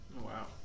Wow